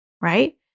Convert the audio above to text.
Right